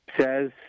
says